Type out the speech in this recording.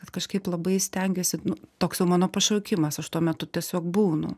kad kažkaip labai stengiuosi nu toks jau mano pašaukimas aš tuo metu tiesiog būnu